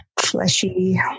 fleshy